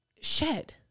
shed